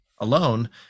alone